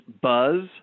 Buzz